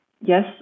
yes